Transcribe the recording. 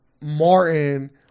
Martin